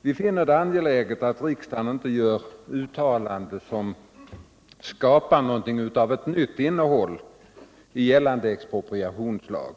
Vi finner det angeläget att riksdagen inte gör uttalanden som skapar något av ett nytt innehåll i gällande expropriationslag.